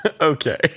Okay